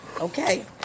Okay